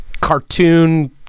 cartoon